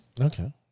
Okay